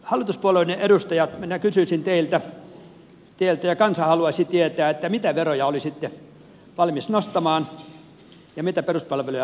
hallituspuolueiden edustajat minä kysyisin teiltä ja kansa haluaisi tietää mitä veroja olisitte valmiita nostamaan ja mitä peruspalveluja leikkaamaan